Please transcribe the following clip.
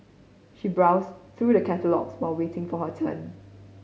she browsed through the catalogues while waiting for her turn